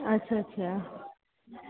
अच्छा अच्छा